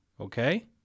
Okay